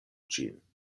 ĝin